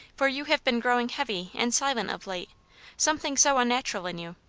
for you have been growing heavy and silent of late something so un natural in you.